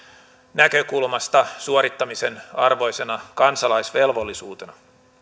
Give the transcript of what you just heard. näkökulmasta suorittamisen arvoisena kansalaisvelvollisuutena